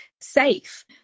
safe